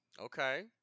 Okay